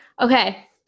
Okay